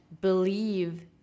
believe